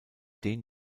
den